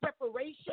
preparation